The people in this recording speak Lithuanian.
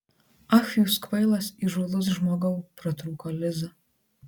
ach jūs kvailas įžūlus žmogau pratrūko liza